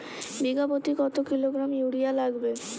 বিঘাপ্রতি কত kilogram urea লাগবে?